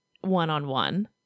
One-on-one